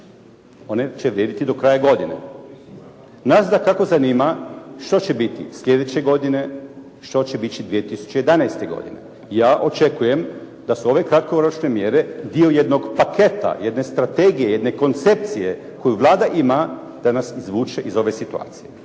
one će vrijediti do kraja godine. Nas dakako zanima što će biti sljedeće godine, što će biti 2011. godine. Ja očekujem da su ove kratkoročne mjere dio jednog paketa, jedne strategije, jedne koncepcije koju Vlada ima da nas izvuče iz ove situacije.